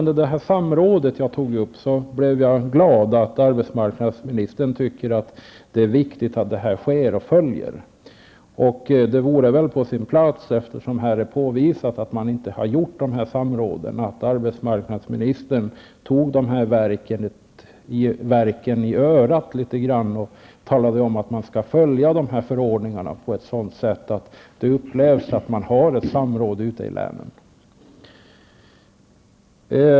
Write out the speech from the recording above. Det gladde mig att arbetsmarknadsministern tycker att de samråd som jag nämnde också sker. Det är på sin plats, då det har påvisats att några samråd tidigare inte har ägt rum. Det är bra att arbetsmarknadsministern tar berörda verk i örat och säger åt dem att följa förordningarna på ett sätt som gör att man upplever att det sker ett samråd ute i länen.